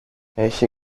έχει